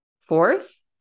Fourth